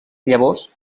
llavors